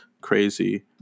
crazy